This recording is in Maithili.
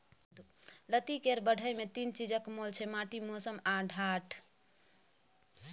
लत्ती केर बढ़य मे तीन चीजक मोल छै माटि, मौसम आ ढाठ